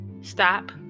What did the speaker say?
stop